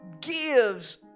gives